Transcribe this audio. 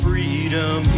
Freedom